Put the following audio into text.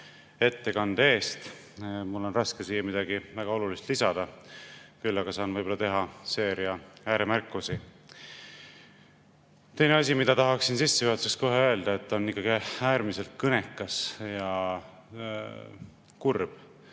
ettekande eest. Mul on raske siin midagi väga olulist lisada, küll aga saan teha seeria ääremärkusi. Teiseks tahaksin sissejuhatuseks kohe öelda, et on äärmiselt kõnekas ja kurb,